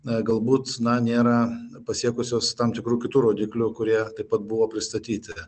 na galbūt na nėra pasiekusios tam tikrų kitų rodiklių kurie taip pat buvo pristatyti